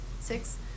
six